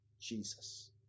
Jesus